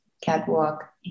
catwalk